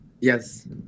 Yes